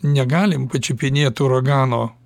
negalim pačiupinėt uragano